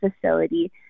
facility